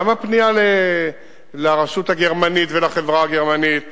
גם הפנייה לרשות הגרמנית ולחברה הגרמנית,